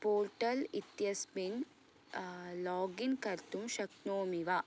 portal इत्यस्मिन् login कर्तुं शक्नोमि वा